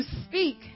speak